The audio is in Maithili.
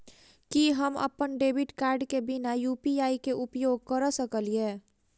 की हम अप्पन डेबिट कार्ड केँ बिना यु.पी.आई केँ उपयोग करऽ सकलिये?